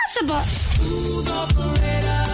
impossible